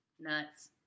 nuts